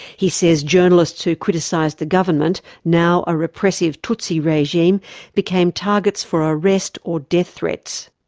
he says journalists who criticised the government now a repressive tutsi regime became targets for arrest or death threats.